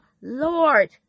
lord